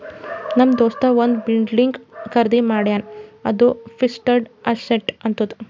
ನಮ್ ದೋಸ್ತ ಒಂದ್ ಬಿಲ್ಡಿಂಗ್ ಖರ್ದಿ ಮಾಡ್ಯಾನ್ ಅದು ಫಿಕ್ಸಡ್ ಅಸೆಟ್ ಆತ್ತುದ್